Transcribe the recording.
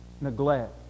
neglect